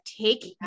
take